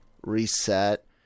reset